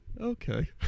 Okay